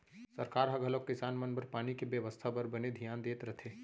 सरकार ह घलौक किसान मन बर पानी के बेवस्था बर बने धियान देत रथे